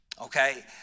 Okay